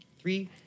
Three